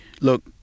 look